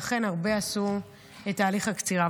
לכן הרבה עשו את תהליך הקצירה.